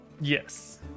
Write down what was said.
yes